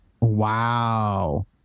Wow